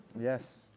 Yes